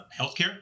healthcare